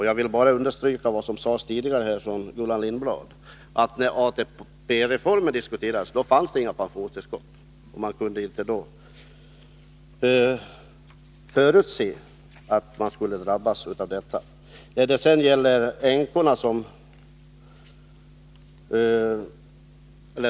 Jag vill understryka vad Gullan Lindblad sade tidigare, nämligen att när ATP-reformen diskuterades fanns det inga pensionstillskott, och man kunde inte då förutse att någon skulle komma att drabbas på detta sätt.